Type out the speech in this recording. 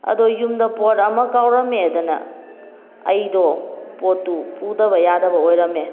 ꯑꯗꯣ ꯌꯨꯝꯗ ꯄꯣꯠ ꯑꯃ ꯀꯥꯎꯔꯝꯃꯦꯗꯅ ꯑꯩꯗꯣ ꯄꯣꯠꯇꯨ ꯄꯨꯗꯕ ꯌꯥꯗꯕ ꯑꯣꯏꯔꯝꯃꯦ